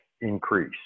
increase